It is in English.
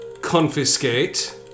confiscate